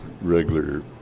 regular